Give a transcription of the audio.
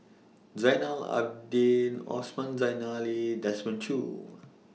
Zainal Abidin Osman Desmond Choo